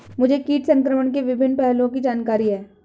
मुझे कीट संक्रमण के विभिन्न पहलुओं की जानकारी है